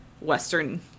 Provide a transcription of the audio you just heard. Western